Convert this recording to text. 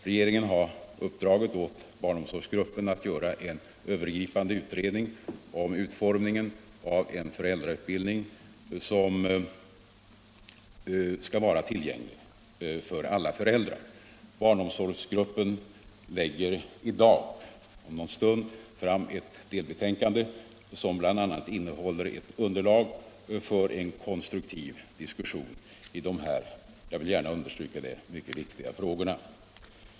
Regeringen har uppdragit åt barnomsorgsgruppen att göra en övergripande utredning om utformningen av en föräldrautbildning som skall vara tillgänglig för alla föräldrar. Barnomsorgsgruppen lägger i dag, om någon stund, fram ett delbetänkande som bl.a. innehåller underlag för en konstruktiv diskussion i dessa mycket viktiga frågor.